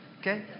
Okay